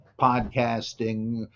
podcasting